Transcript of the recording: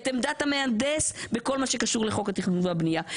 את עמדת המהנדס בכל מה שקשור לחוק התכנון והבנייה,